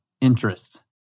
interest